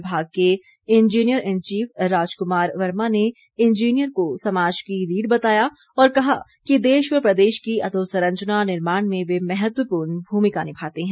विभाग के engineer in chief Rajkumar Verma ने इंजीनियर को समाज की रीढ़ बताया और कहा कि देश व प्रदेश की अधोसंरचना निर्माण में वे महत्वपूर्ण भूमिका निभाते हैं